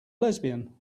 lesbian